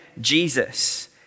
Jesus